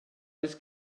oes